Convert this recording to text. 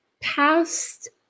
past